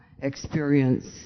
experience